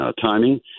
timing